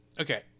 Okay